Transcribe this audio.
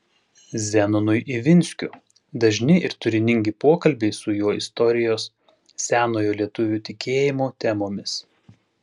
zenonui ivinskiu dažni ir turiningi pokalbiai su juo istorijos senojo lietuvių tikėjimo temomis